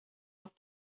off